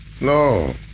no